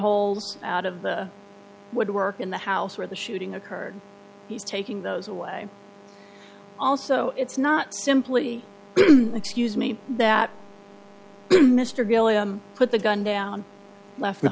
holes out of the woodwork in the house where the shooting occurred he's taking those away also it's not simply excuse me that mr gilliam put the gun down l